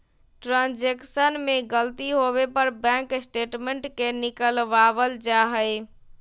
transaction में गलती होवे पर बैंक स्टेटमेंट के निकलवावल जा हई